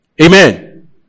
Amen